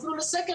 אפילו לסקר,